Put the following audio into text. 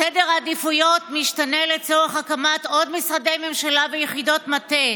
סדר העדיפויות משתנה לצורך הקמת עוד משרדי ממשלה ויחידות מטה,